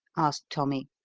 asked tommy.